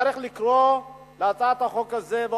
צריך לקרוא להצעת החוק הזאת,